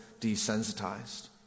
desensitized